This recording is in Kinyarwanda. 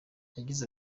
yagize